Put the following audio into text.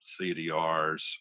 cdrs